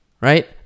right